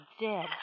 dead